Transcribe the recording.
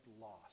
lost